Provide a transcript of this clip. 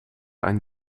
einen